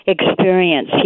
experience